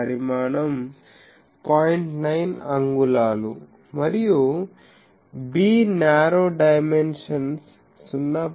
9 అంగుళాలు మరియు b narrow dimensions 0